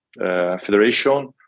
Federation